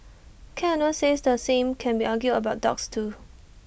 cat owners say the same can be argued about dogs too